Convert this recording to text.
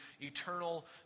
eternal